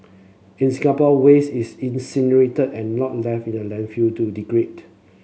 in Singapore waste is incinerated and not left in landfill to degrade